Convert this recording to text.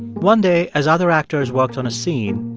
one day, as other actors worked on a scene,